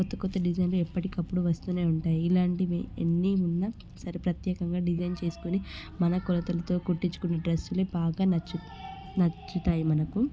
కొత్త కొత్త డిజైన్లు ఎప్పటికప్పుడు వస్తూనే ఉంటాయి ఇలాంటివి ఎన్ని ఉన్న సరే ప్రత్యేకంగా డిజైన్ చేసుకొని మన కొలతలతో కుట్టించుకునే డ్రస్సులే బాగా నచ్చు నచ్చుతాయి మనకు